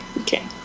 Okay